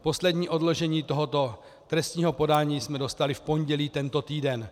Poslední odložení tohoto trestního podání jsme dostali v pondělí tento týden.